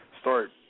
start